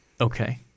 Okay